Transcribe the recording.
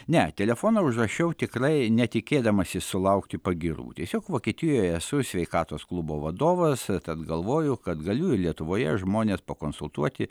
ne telefoną užrašiau tikrai ne tikėdamasis sulaukti pagyrų tiesiog vokietijoje esu sveikatos klubo vadovas tad galvoju kad galiu ir lietuvoje žmones pakonsultuoti